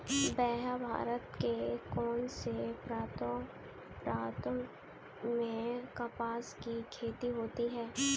भैया भारत के कौन से प्रांतों में कपास की खेती होती है?